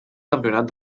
campionat